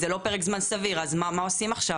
זה לא פרק זמן סביר אז מה עושים עכשיו?